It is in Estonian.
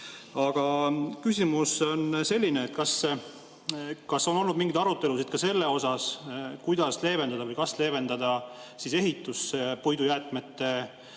Aga küsimus on selline: kas on olnud mingeid arutelusid ka selle üle, kuidas leevendada või kas leevendada ehituspuidu jäätmetega